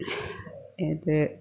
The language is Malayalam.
ഇത്